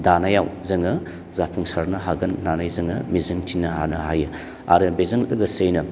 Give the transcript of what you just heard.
दानायाव जोङो जाफुंसारनो हागोन होननानै जोङो मिजिं थिनो हानो हायो आरो बेजों लोगोसेयैनो